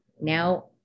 Now